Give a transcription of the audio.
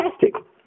fantastic